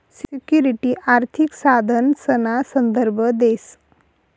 security आर्थिक साधनसना संदर्भ देस